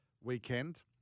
weekend